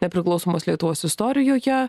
nepriklausomos lietuvos istorijoje